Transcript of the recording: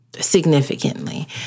Significantly